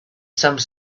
some